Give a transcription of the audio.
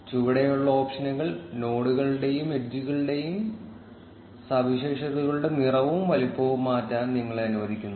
ചുവടെയുള്ള ഓപ്ഷനുകൾ നോഡുകളുടെയും എഡ്ജുകളുടെയും സവിശേഷതകളുടെ നിറവും വലുപ്പവും മാറ്റാൻ നിങ്ങളെ അനുവദിക്കുന്നു